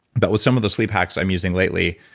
but with some of the sleep hacks i'm using lately,